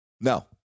no